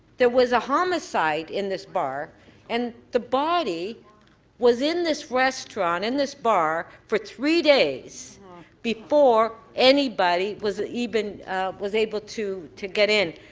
there was a homicide in this bar and the body was in this restaurant, in this bar for three days before anybody was even able to to get in.